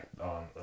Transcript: on